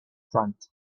front